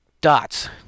dots